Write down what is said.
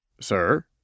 Sir